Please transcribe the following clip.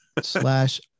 slash